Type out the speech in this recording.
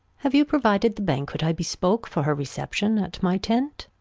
have you provided the banquet i bespoke for her reception at my tent?